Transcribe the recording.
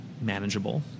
manageable